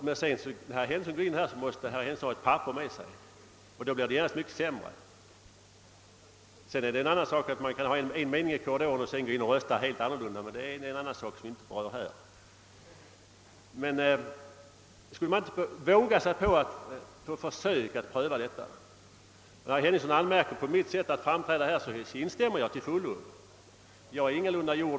Men när han sedan går upp i talarstolen måste han ha ett papper med sig, och då blir anförandet genast mycket sämre. Att man sedan kan ha en mening i korridoren och rösta helt annorlunda är en annan sak som vi inte skall ta upp nu. När herr Henningsson anmärker på mitt sätt att framträda här instämmer jag till fullo med honom.